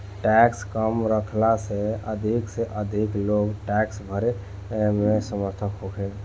tax कम रखला से अधिक से अधिक लोग टैक्स भरे में समर्थ होखो